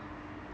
don't give